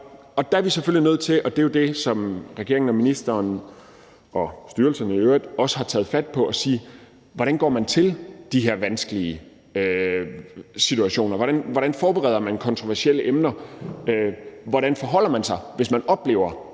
Derfor er vi selvfølgelig nødt til – og det er jo det, som regeringen, ministeren og styrelserne i øvrigt også har taget fat på – at sige: Hvordan går man til de her vanskelige situationer? Hvordan forbereder man kontroversielle emner? Hvordan forholder man sig, hvis man oplever